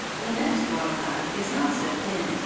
the next water-bug is not so thin.